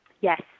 Yes